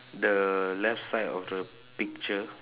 the left side of the picture